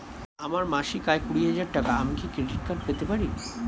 আমার মাসিক আয় কুড়ি হাজার টাকা আমি কি ক্রেডিট কার্ড পেতে পারি?